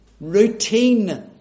routine